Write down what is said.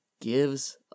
gives